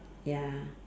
ya